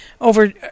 over